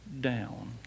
down